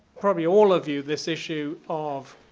probably all of you, this issue of